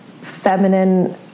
feminine